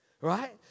right